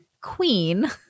Queen